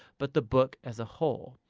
but the book as a whole.